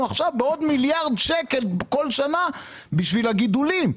עכשיו בעוד מיליארד שקל כל שנה בשביל הגידולים.